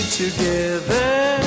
together